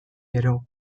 gero